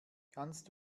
kannst